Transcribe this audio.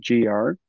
GR